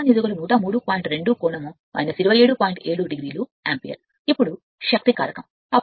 ampere ఇప్పుడు శక్తి కారకం అప్పుడు 27